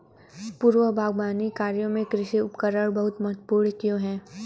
पूर्व बागवानी कार्यों में कृषि उपकरण बहुत महत्वपूर्ण क्यों है?